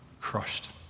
crushed